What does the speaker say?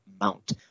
Mount